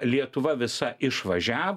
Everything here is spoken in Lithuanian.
lietuva visa išvažiav